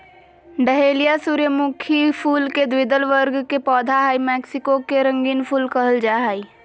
dahlia सूर्यमुखी फुल के द्विदल वर्ग के पौधा हई मैक्सिको के रंगीन फूल कहल जा हई